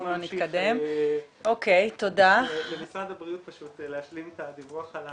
אני מבקש שמשרד הבריאות ישלים את הדיווח.